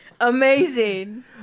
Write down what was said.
Amazing